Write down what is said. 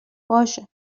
باشه